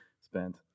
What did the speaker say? spent